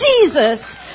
Jesus